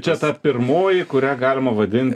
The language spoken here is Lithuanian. čia ta pirmoji kurią galima vadint